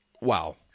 wow